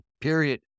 Period